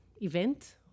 event